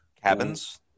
Cabins